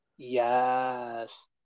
yes